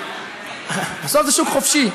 בסוף זה שוק חופשי.